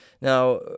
Now